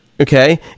okay